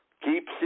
Keep